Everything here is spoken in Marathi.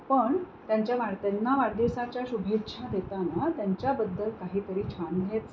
पण त्यांच्या वार त्यांना वाढदिवसाच्या शुभेच्छा देताना त्यांच्याबद्दल काहीतरी छान लिहायचं